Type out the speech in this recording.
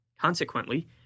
Consequently